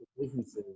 businesses